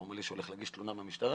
הוא אמר לי שהוא הולך להגיש תלונה במשטרה